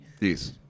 Yes